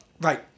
Right